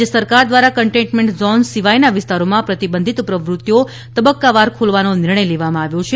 રાજ્ય સરકાર દ્વારા કન્ટેઈનમેન્ટ ઝોન સિવાયના વિસ્તારોમાં પ્રતિબંધિત પ્રવૃત્તિઓ તબક્કાવાર ખોલવાનો નિર્ણય લેવામાં આવ્યો છે